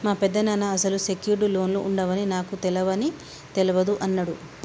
మా పెదనాన్న అసలు సెక్యూర్డ్ లోన్లు ఉండవని నాకు తెలవని తెలవదు అన్నడు